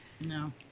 no